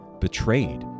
betrayed